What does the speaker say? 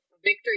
victory